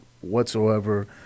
whatsoever